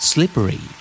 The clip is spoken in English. Slippery